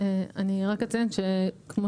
כמו